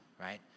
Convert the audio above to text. right